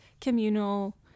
communal